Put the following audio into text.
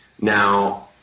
Now